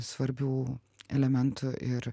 svarbių elementų ir